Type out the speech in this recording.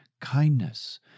kindness